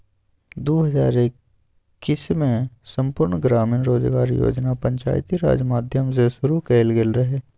दु हजार एक इस्बीमे संपुर्ण ग्रामीण रोजगार योजना पंचायती राज माध्यमसँ शुरु कएल गेल रहय